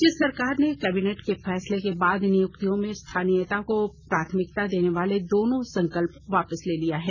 राज्य सरकार ने कैबिनेट के फैसले के बाद नियुक्तियों में स्थानीयता को प्राथमिता देने वाले दोनों संकल्प वापस ले लिया है